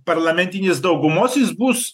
parlamentinės daugumos jis bus